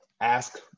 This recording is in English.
Ask